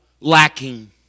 lacking